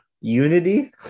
Unity